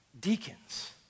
Deacons